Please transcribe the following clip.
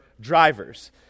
drivers